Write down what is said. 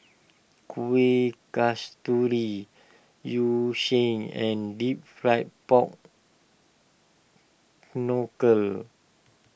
Kuih Kasturi Yu Sheng and Deep Fried Pork Knuckle